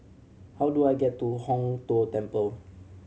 how do I get to Hong Tho Temple